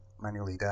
manually